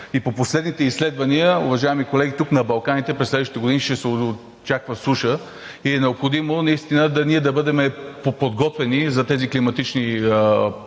и по последните изследвания, уважаеми колеги, тук на Балканите през следващите години се очаква суша и е необходимо наистина да бъдем подготвени за тези климатични промени.